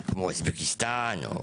או אוזבקיסטן.